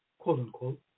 quote-unquote